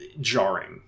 jarring